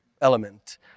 element